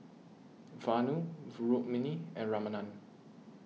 Vanu Rukmini and Ramanand